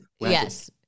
Yes